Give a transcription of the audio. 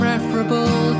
Preferable